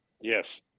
Yes